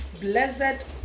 Blessed